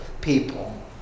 people